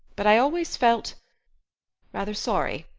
but i always felt rather sorry.